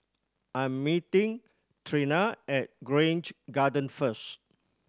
I'm meeting Trina at Grange Garden first